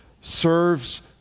serves